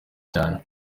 cyane